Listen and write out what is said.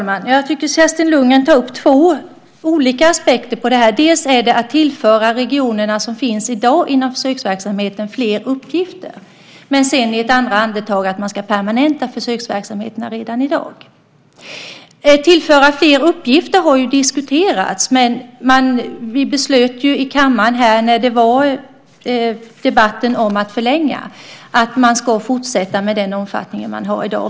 Fru talman! Jag tycker att Kerstin Lundgren tar upp två olika aspekter på detta, dels att tillföra de regioner som finns i dag inom försöksverksamheten fler uppgifter, dels i ett andra andetag att man ska permanenta försöksverksamheterna redan i dag. Det har ju diskuterats om man ska tillföra fler uppgifter, men när vi hade debatten om att förlänga beslöt vi ju här i kammaren att man ska fortsätta med den omfattning man har i dag.